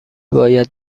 باید